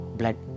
blood